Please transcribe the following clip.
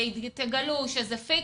הקלות בארנונה.